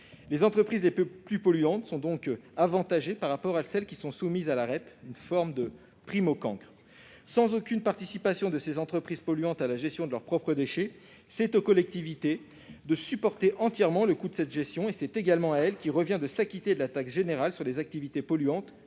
Les entreprises les plus polluantes sont donc avantagées par rapport à celles qui sont soumises à une REP ; il s'agit d'une forme de prime au cancre. Sans aucune participation de ces entreprises polluantes à la gestion de leurs propres déchets, c'est aux collectivités de supporter entièrement le coût de cette gestion, et c'est également à elles qu'il revient de s'acquitter de la taxe générale sur les activités polluantes